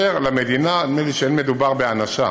נדמה לי שאין מדובר בהענשה,